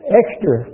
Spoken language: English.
extra